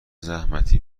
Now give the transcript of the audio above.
زحمتی